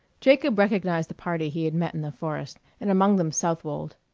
jacob recognized the party he had met in the forest, and among them southwold.